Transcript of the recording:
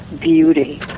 beauty